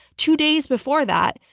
two days before that,